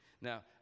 Now